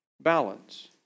balance